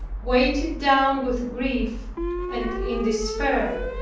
weighed down with grief and in despair,